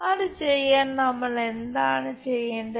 അത് ചെയ്യാൻ നമ്മൾ എന്താണ് ചെയ്യേണ്ടത്